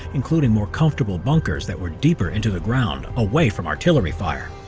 including more comfortable bunkers, that were deeper into the ground away from artillery fire.